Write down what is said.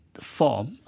form